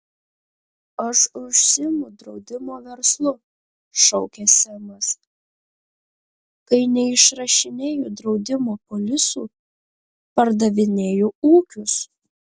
aš užsiimu draudimo verslu šaukė semas kai neišrašinėju draudimo polisų pardavinėju ūkius